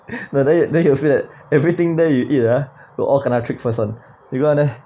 no then you then you will feel that everything there you eat ah will all kena tricked first [one] you want then